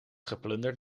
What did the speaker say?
geplunderd